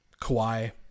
Kawhi